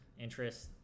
interest